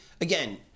again